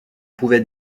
pouvait